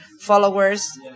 followers